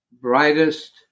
brightest